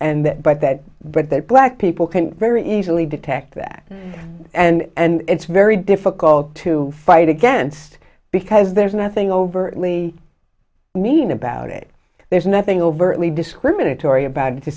that but that but that black people can very easily detect that and it's very difficult to fight against because there's nothing overtly mean about it there's nothing overtly discriminatory about to